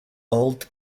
old